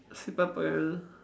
simple plan